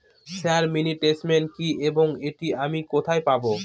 Sir mini statement কি এবং এটি আমি কোথায় পাবো?